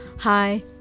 Hi